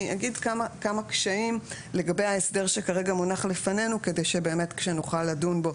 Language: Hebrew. אני אגיד כמה קשיים לגבי ההסדר שכרגע מונח לפנינו כדי שנוכל לדון בו.